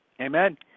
Amen